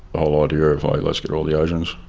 the whole idea of let's get all the asians.